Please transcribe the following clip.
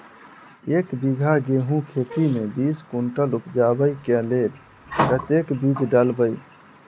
एक बीघा गेंहूँ खेती मे बीस कुनटल उपजाबै केँ लेल कतेक बीज डालबै?